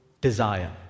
desire